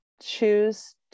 choose